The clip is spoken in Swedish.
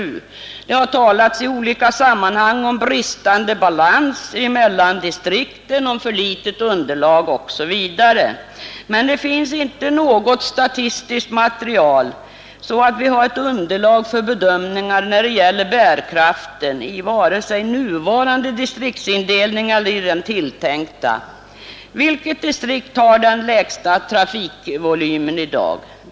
Det talas i olika sammanhang om bristande balans mellan distrikten, om för litet underlag osv., men det finns inte något statistiskt material som underlag för bedömningar när det gäller bärkraften, vare sig i den nuvarande distriktsindelningen eller i den tilltänkta. Vilket distrikt har den lägsta trafikvolymen i dag?